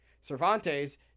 Cervantes